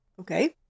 Okay